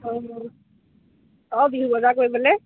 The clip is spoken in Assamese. অঁ অঁ বিহু বজাৰ কৰিবলৈ